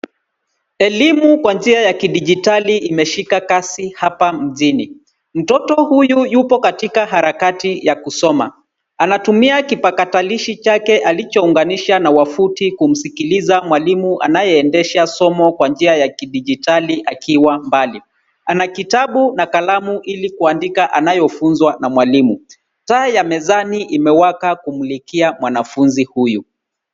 Elimu kwa njia ya kidijitali imeshika kasi hapa mjini. Mtoto huyu yupo katika harakati ya kusoma. Anatumia kipakatalishi chake alichounganisha na wavuti kumsikiliza mwalimu anayeeendesha somo kwa njia ya kidijitali akiwa mbali. Ana kitabu na kalamu ili kuandika anayofunzwa na mwalimu. Taa ya mezani imewaka kumlikia mwanafunzi huyu.